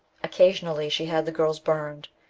occasionally she had the girls burned,